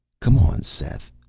come on, seth,